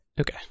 Okay